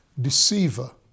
deceiver